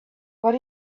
but